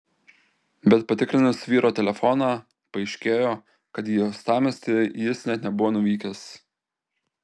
bet patikrinus vyro telefoną paaiškėjo kad į uostamiestį jis net nebuvo nuvykęs